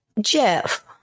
Jeff